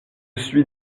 suis